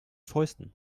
fäusten